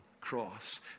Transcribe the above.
cross